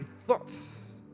thoughts